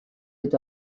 dut